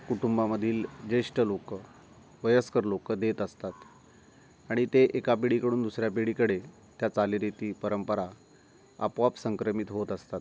कुटुंबामधील ज्येष्ठ लोक वयस्कर लोक देत असतात आणि ते एका पिढीकडून दुसऱ्या पिढीकडे त्या चालीरीती परंपरा आपोआप संक्रमित होत असतात